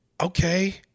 Okay